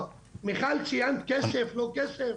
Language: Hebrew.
ציינת כסף או לא כסף,